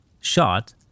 shot